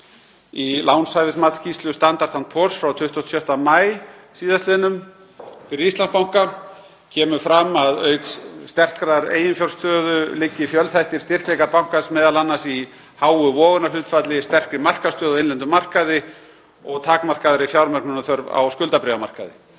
Í lánshæfismatsskýrslu Standard & Poor's frá 26. maí síðastliðnum fyrir Íslandsbanka kemur fram að auk sterkrar eiginfjárstöðu liggi fjölþættir styrkleikar bankans m.a. í háu vogunarhlutfalli, sterkri markaðsstöðu á innlendum markaði og takmarkaðri fjármögnunarþörf á skuldabréfamarkaði.